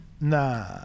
nah